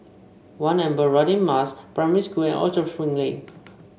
One Amber Radin Mas Primary School and Orchard Spring Lane